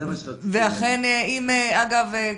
אגב,